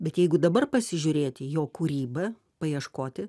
bet jeigu dabar pasižiūrėti jo kūrybą paieškoti